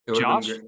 Josh